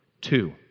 Two